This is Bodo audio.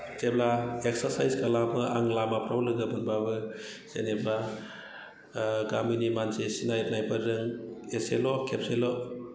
जेब्ला एक्सारसाइस खालामो आं लामाफोराव लोगोमोनब्लाबो जेनेबा गामिनि मानसि सिनायनायफोरजों एसेल' खेबसेल'